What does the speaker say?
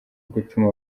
gutuma